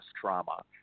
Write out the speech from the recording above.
trauma